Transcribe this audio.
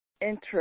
interest